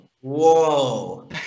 Whoa